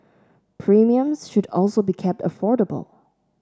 premiums should also be kept affordable